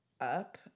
up